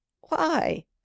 Why